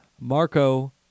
Marco